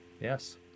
Yes